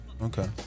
Okay